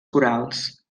corals